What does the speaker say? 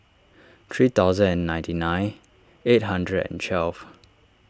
three thousand and ninety nine eight hundred and twelve